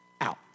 out